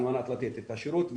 על מנת לתת את השירות,